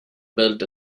built